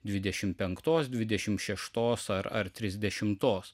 dvidešimt penktos dvidešimt šeštos ar ar trisdešimtos